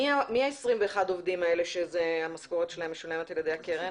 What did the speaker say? מי ה-21 עובדים האלה שזו המשכורת שלהם משולמת על ידי הקרן?